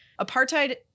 apartheid